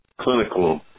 clinical